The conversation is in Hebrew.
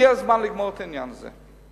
הגיע הזמן לגמור את העניין הזה.